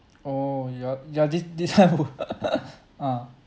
oh ya ya this this time who ah